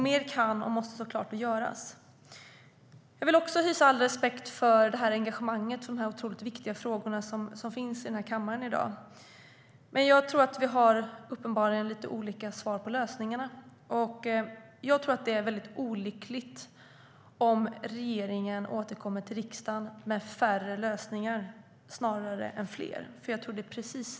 Mer kan och måste göras. Jag hyser stor respekt för det engagemang för dessa oerhört viktiga frågor som finns i kammaren, men uppenbarligen har vi lite olika svar på lösningar. Det är olyckligt om regeringen återkommer till riksdagen med färre lösningar snarare än fler.